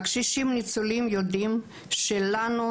שום דבר לא משתווה לרצון של אנשים